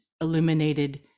illuminated